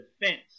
defense